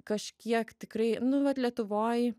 kažkiek tikrai nu vat lietuvoj